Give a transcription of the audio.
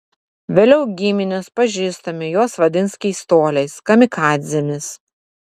vėliau giminės pažįstami juos vadins keistuoliais kamikadzėmis